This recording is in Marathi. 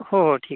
हो हो ठीक